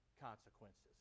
consequences